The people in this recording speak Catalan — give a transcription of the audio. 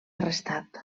arrestat